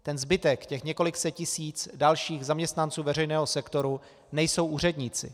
Ten zbytek, těch několik set tisíc dalších zaměstnanců veřejného sektoru, nejsou úředníci.